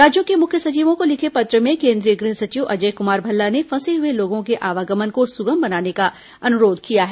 राज्यों के मुख्य सचिवों को लिखे पत्र में केन्द्रीय गृह सचिव अजय कुमार भल्ला ने फंसे हुए लोगों के आवागमन को सुगम बनाने का अनुरोध किया है